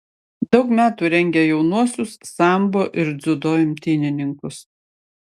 daug metų rengė jaunuosius sambo ir dziudo imtynininkus